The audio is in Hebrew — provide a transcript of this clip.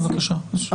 בבקשה.